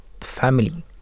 family